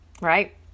right